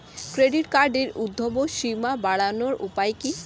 Credit কার্ডের উর্ধ্বসীমা বাড়ানোর উপায় কি?